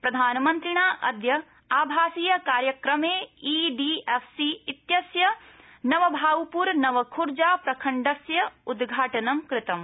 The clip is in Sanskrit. प्रधानमन्त्रिणा अद्य आभासीय कार्यक्रमे ईडीएफसी इत्यस्य नवभाउपर नवखर्जा प्रखण्डस्य उद्घाटनं कृतम